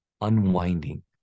unwinding